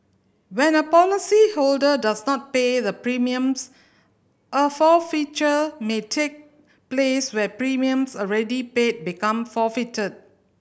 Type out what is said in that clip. when a policyholder does not pay the premiums a forfeiture may take place where premiums already paid become forfeited